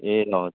ए हजुर